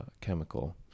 chemical